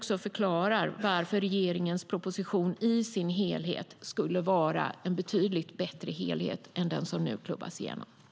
Där förklaras det varför regeringens proposition i sin helhet skulle vara ett betydligt bättre alternativ än det som nu klubbas igenom.I detta anförande instämde Hans Ekström och Björn von Sydow .